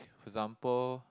example